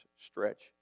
stretch